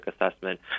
Assessment